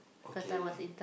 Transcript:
okay